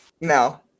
no